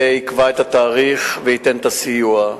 יקבע את התאריך וייתן את הסיוע.